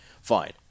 fine